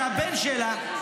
שהבן שלה,